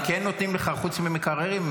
חוץ ממקררים,